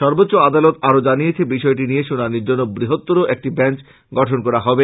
সবোচ্চ আদালত আরো জানিয়েছে বিষয়টি নিয়ে শুনানির জন্য বৃহত্তর একটি বেঞ্চ গঠন করা হবে